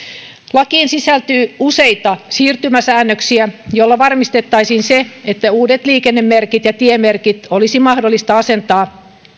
lakiin sisältyy useita siirtymäsäännöksiä joilla varmistettaisiin se että uudet liikennemerkit ja tiemerkit olisi mahdollista asentaa